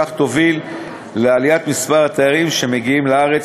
ובכך תוביל לעליית מספר התיירים המגיעים לארץ,